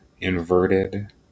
Inverted